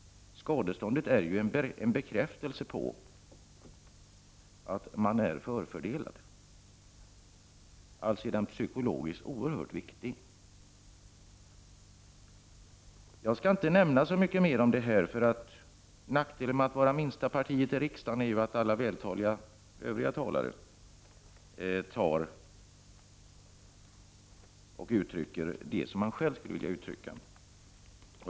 Skadeståndet är en bekräftelse på att man är förfördelad, alltså är det psykiskt oerhört viktigt. Jag Jag skall inte nämna så mycket mer om detta. Nackdelen med att vara minsta partiet i riksdagen är ju att alla vältaliga övriga talare redan har uttryckt det man själv skulle vilja uttrycka.